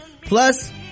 plus